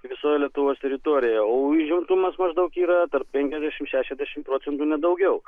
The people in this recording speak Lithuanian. visoj lietuvos teritorijoje o užimtumas maždaug yra penkiasdešimt šešiasdešimt procentų daugiau